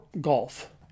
golf